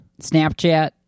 Snapchat